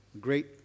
great